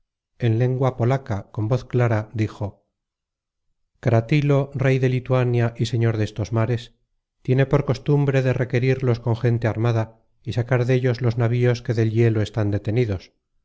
en lengua polaca con voz clara dijo cratilo rey de lituania y señor destos mares tiene por costumbre de requerirlos con gente armada y sacar dellos los navíos que del hielo están detenidos